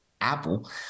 Apple